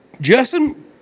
Justin